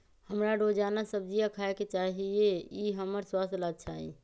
हमरा रोजाना सब्जिया खाय के चाहिए ई हमर स्वास्थ्य ला अच्छा हई